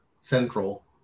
central